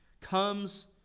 comes